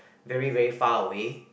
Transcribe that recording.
very very far away